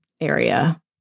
area